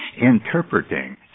interpreting